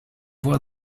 avoir